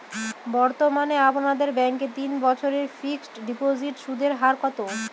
বর্তমানে আপনাদের ব্যাঙ্কে তিন বছরের ফিক্সট ডিপোজিটের সুদের হার কত?